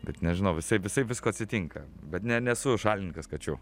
bet nežinau visaip visaip visko atsitinka bet ne nesu šalininkas kačių